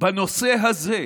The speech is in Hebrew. בנושא הזה,